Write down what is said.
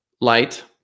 light